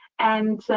and